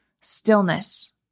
stillness